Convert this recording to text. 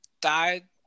died